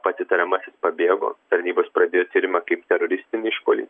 pats įtariamasis pabėgo tarnybos pradėjo tyrimą kaip teroristinį išpuolį